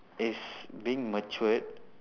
is being matured